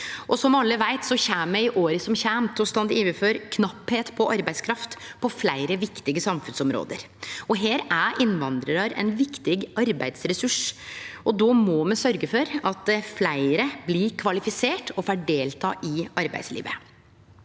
som alle veit, kjem me i åra som kjem, til å stå overfor knappleik på arbeidskraft på fleire viktige samfunnsområde, og her er innvandrarar ein viktig arbeidsressurs. Då må me sørgje for at fleire blir kvalifiserte og får delta i arbeidslivet.